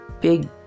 big